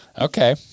Okay